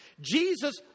Jesus